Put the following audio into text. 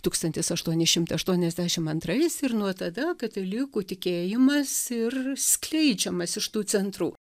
tūkstantis aštuoni šimtai aštuoniasdešim antrais ir nuo tada katalikų tikėjimas ir skleidžiamas iš tų centrų